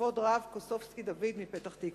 בכבוד רב, קוסובסקי דוד מפתח-תקווה.